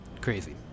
crazy